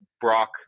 Brock